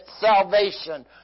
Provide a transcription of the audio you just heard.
salvation